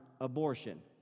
abortion